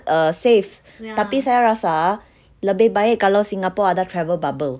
err safe tapi saya rasa lebih baik kalau singapore ada travel bubble